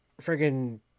friggin